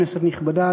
כנסת נכבדה,